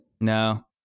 no